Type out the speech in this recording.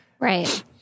Right